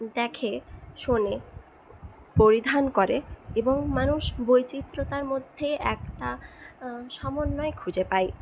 দেখে শোনে পরিধান করে এবং মানুষ বৈচিত্র্যতার মধ্যে একটা সম্বন্বয় খুঁজে পায়